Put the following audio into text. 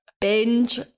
Binge